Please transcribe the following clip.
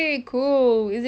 itu favourite